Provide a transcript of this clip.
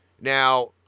Now